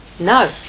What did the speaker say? No